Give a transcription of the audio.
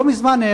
לא מזמן,